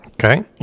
Okay